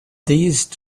these